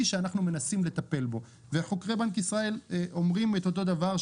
שאנחנו מנסים לטפל בו וחוקרי בנק ישראל אומרים את אותו דבר,